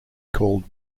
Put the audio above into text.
called